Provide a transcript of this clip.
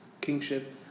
kingship